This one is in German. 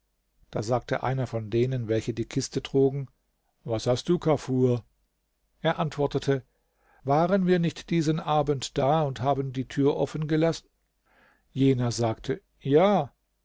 da sagte einer von denen welche die kiste trugen was hast du kafur er antwortete waren wir nicht diesen abend da und haben die tür offen gelassen jener sagte ja